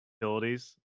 Utilities